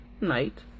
night